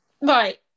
Right